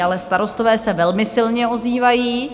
Ale starostové se velmi silně ozývají.